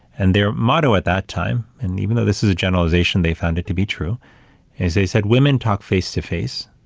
and their motto at that time and even though this is a generalization, they found it to be true they said women talk face to face,